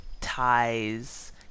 ties